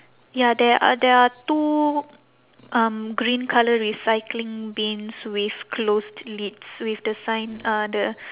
ya there are there are two um green colour recycling bins with closed lids with the sign uh the